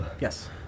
Yes